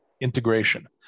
integration